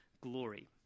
glory